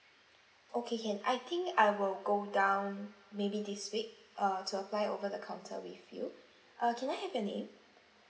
okay can I think I will go down maybe this week uh to apply over the counter with you uh can I have your name